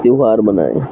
تہوار منائیں